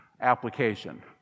application